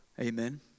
Amen